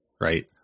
right